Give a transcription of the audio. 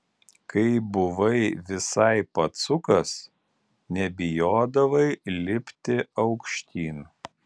kai buvai visai pacukas nebijodavai lipti aukštyn